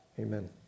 amen